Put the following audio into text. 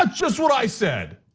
just what i said.